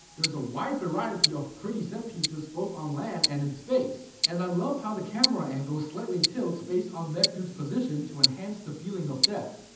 there's a wide variety of pretty set-pieces both on land and in space, and i love how the camera angle slightly tilts based on mech dude's position to enhance the feeling of depth.